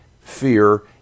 fear